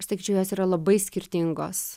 aš sakyčios jos yra labai skirtingos